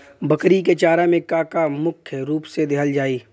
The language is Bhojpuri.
बकरी क चारा में का का मुख्य रूप से देहल जाई?